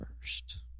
first